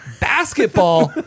basketball